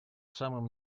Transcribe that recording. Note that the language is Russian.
самым